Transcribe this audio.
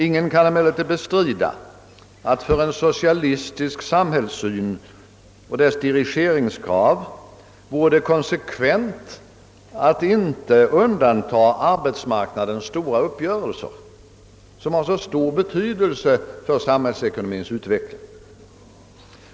Ingen kan emellertid bestrida att för en socialistisk samhällssyn och dess dirigeringskrav vore det konsekvent att inte undanta arbetsmarknadens stora uppgörelser, som har så stor betydelse för samhällsekonomiens utveckling.